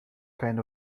kind